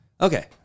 Okay